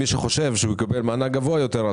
מי שחושב שהוא יקבל מענק גבוה יותר,